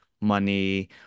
money